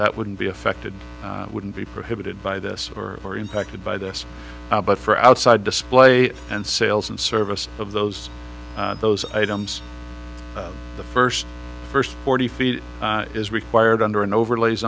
that wouldn't be affected wouldn't be prohibited by this or are impacted by this but for outside display and sales and service of those those items the first first forty feet is required under an overlay